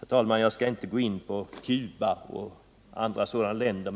Herr talman! Jag skall inte gå in på Cuba och andra sådana länder.